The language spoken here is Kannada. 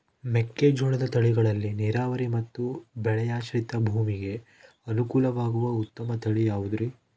ಮೆಕ್ಕೆಜೋಳದ ತಳಿಗಳಲ್ಲಿ ನೇರಾವರಿ ಮತ್ತು ಮಳೆಯಾಶ್ರಿತ ಭೂಮಿಗೆ ಅನುಕೂಲವಾಗುವ ಉತ್ತಮ ತಳಿ ಯಾವುದುರಿ?